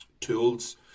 tools